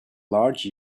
large